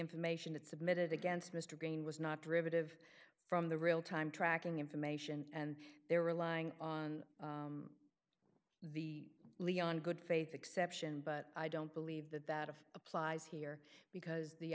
information that submitted against mr green was not derivative from the real time tracking information and they're relying on the leon good faith exception but i don't believe that that if applies here because the